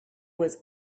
was